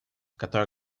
которое